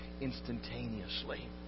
instantaneously